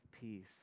peace